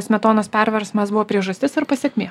smetonos perversmas priežastis ar pasekmė